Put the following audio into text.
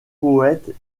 poètes